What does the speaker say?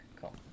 cool